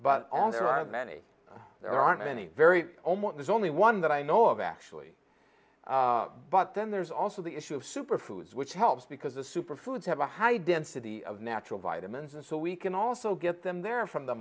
but and there are many there are many very almost there's only one that i know of actually but then there's also the issue of superfoods which helps because the super foods have a high density of natural vitamins and so we can also get them there from the